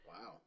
Wow